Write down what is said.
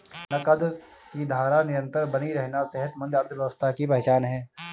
नकद की धारा निरंतर बनी रहना सेहतमंद अर्थव्यवस्था की पहचान है